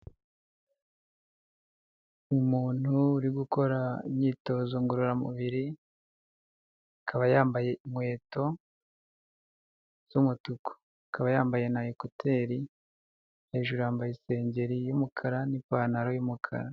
Umuntu uri gukora imyitozo ngororamubiri akaba yambaye inkweto z'umutuku, akaba yambaye na ekuteri hejuru yambaye isengeri y'umukara n'ipantaro y'umukara.